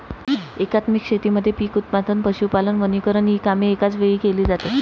एकात्मिक शेतीमध्ये पीक उत्पादन, पशुपालन, वनीकरण इ कामे एकाच वेळी केली जातात